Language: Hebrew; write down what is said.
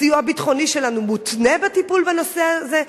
הסיוע הביטחוני שלנו מותנה בטיפול בנושא הזה,